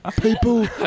people